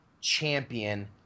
champion